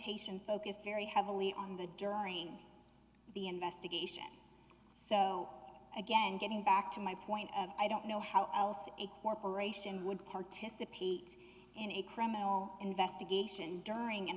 limitation focused very heavily on the during the investigation so again getting back to my point i don't know how else a corporation would participate in a criminal investigation during an